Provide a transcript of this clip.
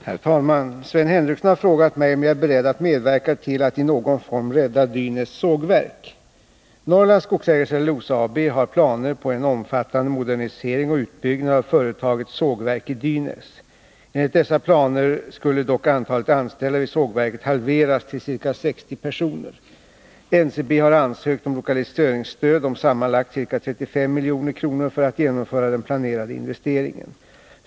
Herr talman! Sven Henricsson har frågat mig om jag är beredd att medverka till att i någon form rädda Dynäs sågverk. Norrlands Skogsägares Cellulosa AB, NCB, har planer på en omfattande modernisering och utbyggnad av företagets sågverk i Dynäs. Enligt dessa planer skulle dock antalet anställda vid sågverket halveras till ca 60 personer. NCB har ansökt om lokaliseringsstöd om sammanlagt ca 35 milj.kr. för att genomföra den planerade investeringen.